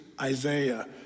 Isaiah